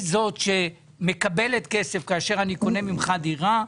היא זאת שמקבלת כסף כאשר אני קונה ממך דירה,